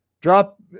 Drop